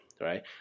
right